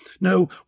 No